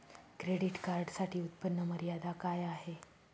Credit कार्डसाठी उत्त्पन्न मर्यादा काय आहे?